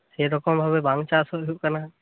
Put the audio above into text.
ᱥᱮ ᱨᱚᱠᱚᱢ ᱵᱷᱟᱵᱮ ᱵᱟᱝ ᱪᱟᱥ ᱦᱩᱭᱩᱜ ᱠᱟᱱᱟ